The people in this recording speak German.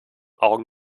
augen